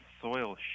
soil